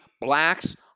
blacks